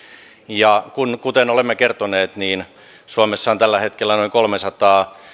ja kuten olemme kertoneet suomessa on tällä hetkellä noin kolmesataa